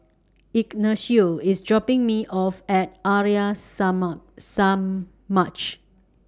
Ignacio IS dropping Me off At Arya Samaj